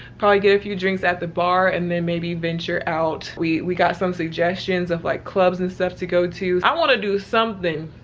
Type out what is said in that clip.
probably get a few drinks at the bar, and then maybe venture out. we we got some suggestions of like clubs and stuff to go to. i wanna do something.